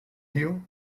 you